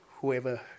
whoever